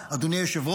אדוני היושב-ראש,